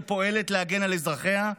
שפועלת להגן על אזרחיה,